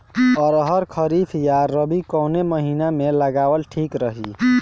अरहर खरीफ या रबी कवने महीना में लगावल ठीक रही?